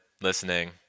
listening